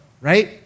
right